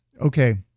Okay